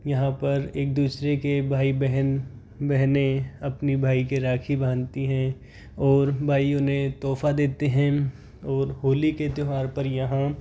यहाँ पर एक दूसरे के भाई बहन बहनें अपने भाई के राखी बांधती हैं और भाई उन्हें तोहफ़ा देते हैं और होली के त्यौहार पर यहाँ